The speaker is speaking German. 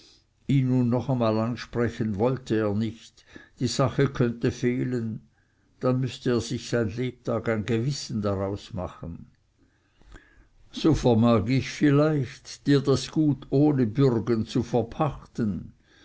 noch einmal ansprechen wolle er nicht die sache könnte fehlen dann müßte er sich sein lebtag ein gewissen daraus machen wenn der bodenbauer vermag dir bürge zu sein so vermag ich vielleicht dir das gut ohne bürgen zu verpachten